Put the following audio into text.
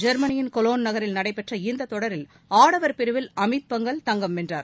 ஜெர்மனியின் கலோனோ நகரில் நடைபெற்ற இந்த தொடரில் ஆடவர் பிரிவில் அமித்பங்கல் தங்கம் வென்றார்